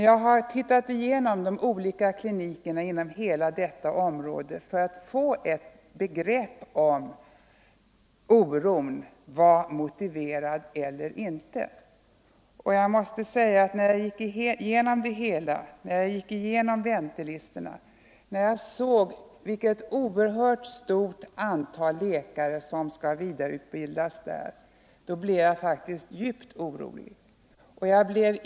Jag har studerat de olika klinikerna inom hela detta område för att få ett begrepp om huruvida oron var motiverad eller inte, och jag måste säga att när jag gick igenom väntelistorna, när jag såg vilket oerhört stort antal läkare som skall vidareutbildas där samtidigt som antalet specialister starkt minskar, då blev jag faktiskt djupt orolig.